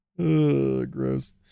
gross